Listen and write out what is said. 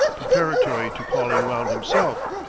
preparatory to calling round himself,